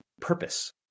purpose